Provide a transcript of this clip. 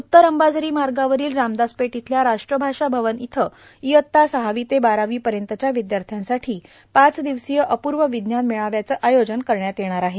उत्तर अंबाझरी मार्गावरील रामदासपेठ इथल्या राष्ट्रभाषा भवन इथं इयत्ता सहावी ते बारावी पर्यंतच्या विद्यार्थ्यांसाठी पाच दिवसीय अपूर्व विज्ञान मेळाव्याचं आयोजन करण्यात येणार आहे